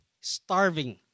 starving